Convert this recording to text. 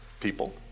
people